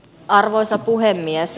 arvoisa puhemies